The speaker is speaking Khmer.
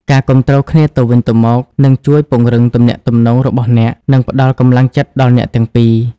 ការគាំទ្រគ្នាទៅវិញទៅមកនឹងជួយពង្រឹងទំនាក់ទំនងរបស់អ្នក និងផ្តល់កម្លាំងចិត្តដល់អ្នកទាំងពីរ។